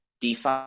DeFi